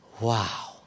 wow